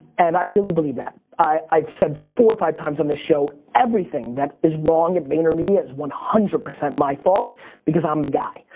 and i really believe that. i've said four or five times on this show, everything that is wrong at vaynermedia is one hundred percent my fault because i'm the guy.